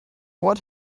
what